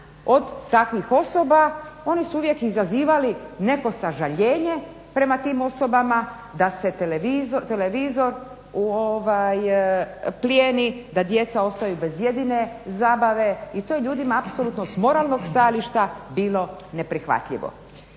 od takvih osoba. Oni su uvijek izazivali neko sažaljenje prema tim osobama da se televizor plijeni, da djeca ostanu bez jedine zabave i to je ljudima apsolutno s moralnog stajališta bilo neprihvatljivo.